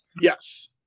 Yes